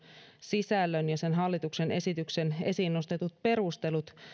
sisällön ja sen hallituksen esityksen esiin nostetut perustelut